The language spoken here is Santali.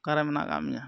ᱚᱠᱟᱨᱮ ᱢᱮᱱᱟᱜ ᱠᱟᱜ ᱢᱮᱭᱟ